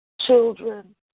Children